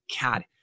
God